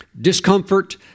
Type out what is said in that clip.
discomfort